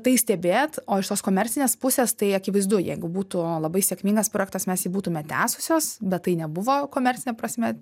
tai stebėt o iš tos komercinės pusės tai akivaizdu jeigu būtų labai sėkmingas projektas mes jį būtume tęsusios bet tai nebuvo komercine prasme